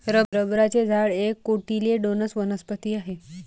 रबराचे झाड एक कोटिलेडोनस वनस्पती आहे